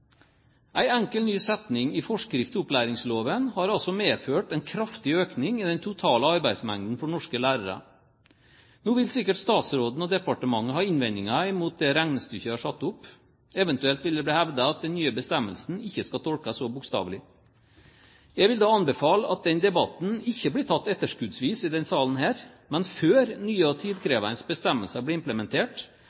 enkel, ny setning i forskrift til opplæringsloven har altså medført en kraftig økning i den totale arbeidsmengden for norske lærere. Nå vil sikkert statsråden og departementet ha innvendinger mot det regnestykket jeg har satt opp, eventuelt vil det bli hevdet at den nye bestemmelsen ikke skal tolkes så bokstavelig. Jeg vil da anbefale at den debatten ikke blir tatt etterskuddsvis i denne salen, men før nye